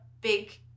big